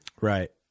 Right